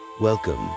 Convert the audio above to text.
Welcome